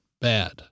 bad